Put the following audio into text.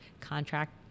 contract